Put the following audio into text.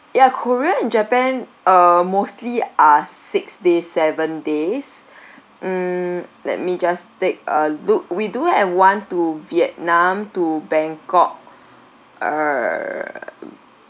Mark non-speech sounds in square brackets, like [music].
ya korea and japan uh mostly are six days seven days mm let me just take a look we do have one to vietnam to bangkok uh [noise]